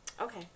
Okay